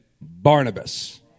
Barnabas